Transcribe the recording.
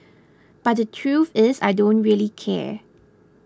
but the truth is I don't really care